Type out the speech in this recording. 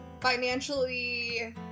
financially